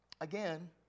Again